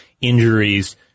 injuries